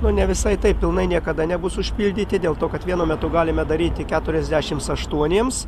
nu ne visai taip pilnai niekada nebus užpildyti dėl to kad vienu metu galime daryti keturiasdešims aštuoniems